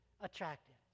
attractive